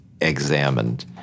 examined